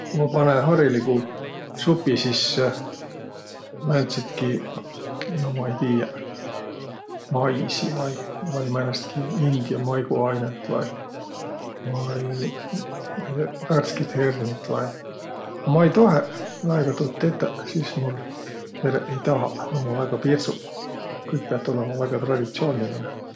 Ku ma panõ hariligu supi sisse määntsitki, no ma ei tiiäq, maisi vai, vai määnestki india maiguainõt vai ma'i tiiäq, värskit hernit vai, a ma ei toheq väega tuud tetäq, sis mul pereq ei tahaq, ummaq väega pirdsuq. Kõik piät olõma väega traditsioonilinõ.